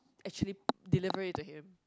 actually deliberate to him